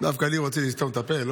לי רוצים לסתום את הפה?